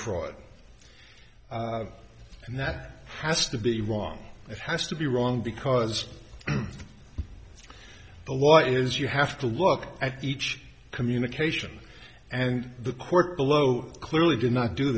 fraud and that has to be wrong it has to be wrong because the law is you have to look at each communication and the court below clearly did not do